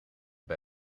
bij